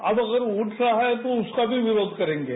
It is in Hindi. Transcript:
अब अगर उठ रहा है तो उसका भी विरोध करेंगे